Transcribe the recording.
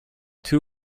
too